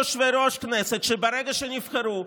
היו יושבי-ראש כנסת שברגע שנבחרו,